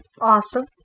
Awesome